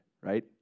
right